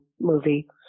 movie